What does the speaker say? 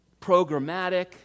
programmatic